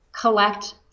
collect